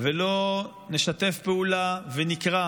ולא נשתף פעולה ונקרא,